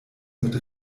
mit